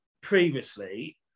previously